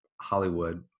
Hollywood